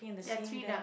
there are three duck